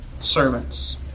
servants